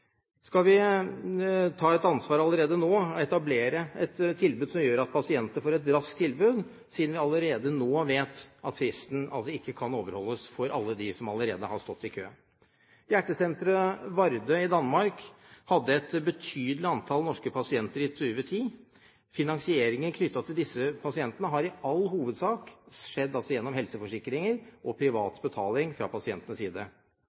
Skal vi ta et ansvar allerede nå og etablere et tilbud som gjør at pasientene får et raskt tilbud, siden vi allerede nå vet at fristen ikke kan overholdes for alle dem som allerede har stått i kø? HjerteCenter Varde i Danmark hadde et betydelig antall norske pasienter i 2010. Finansieringen knyttet til disse pasientene har i all hovedsak skjedd gjennom helseforsikringer og privat betaling fra pasientenes side.